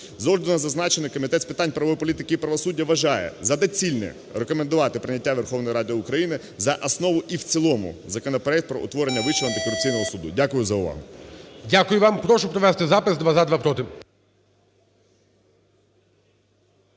З огляду на зазначене Комітет з питань правової політики і правосуддя вважає за доцільне рекомендувати прийняття Верховною Радою України за основу і в цілому законопроект про утворення Вищого антикорупційного суду. Дякую за увагу. ГОЛОВУЮЧИЙ. Дякую вам. Прошу провести запис: два – за, два – проти.